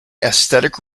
aesthetic